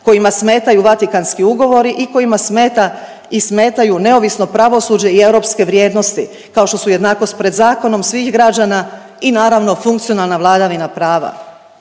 kojima smetaju Vatikanski ugovori i kojima smeta i smetaju neovisno pravosuđe i europske vrijednosti kao što su jednakost pred zakonom svih građana i naravno funkcionalna vladavina prava.